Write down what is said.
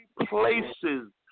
places